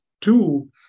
two